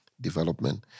development